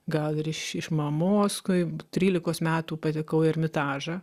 gal ir iš iš mamos kaip trylikos metų patekau į ermitažą